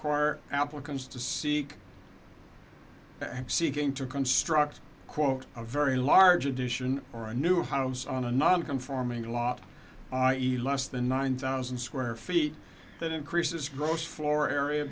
require applicants to seek seeking to construct quote a very large addition or a new house on a non conforming lot less than one thousand square feet that increases gross floor area